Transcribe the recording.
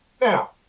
Now